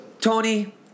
Tony